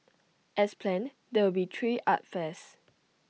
as planned there will be three art fairs